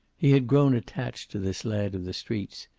he had grown attached to this lad of the streets.